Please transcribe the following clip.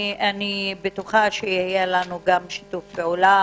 אני בטוחה שיהיה לנו שיתוף פעולה,